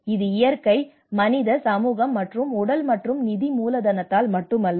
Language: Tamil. எனவே இது இயற்கை மனித சமூக மற்றும் உடல் மற்றும் நிதி மூலதனத்தால் மட்டுமல்ல